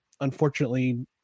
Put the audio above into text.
unfortunately